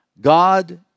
God